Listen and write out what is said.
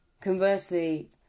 Conversely